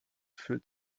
fühlt